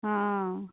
ହଁ